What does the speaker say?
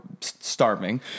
starving